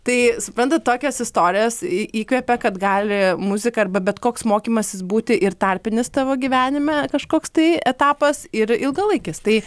tai suprantat tokios istorijos į įkvepia kad gali muzika arba bet koks mokymasis būti ir tarpinis tavo gyvenime kažkoks tai etapas ir ilgalaikis tai